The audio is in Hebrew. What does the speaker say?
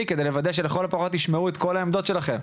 כדי לוודא שלכל הפחות ישמעו את כל העמדות שלכם.